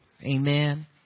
amen